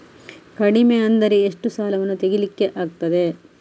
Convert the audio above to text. ಕಡಿಮೆ ಅಂದರೆ ಎಷ್ಟು ಸಾಲವನ್ನು ತೆಗಿಲಿಕ್ಕೆ ಆಗ್ತದೆ?